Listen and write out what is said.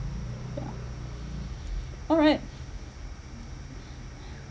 yeah alright